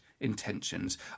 Intentions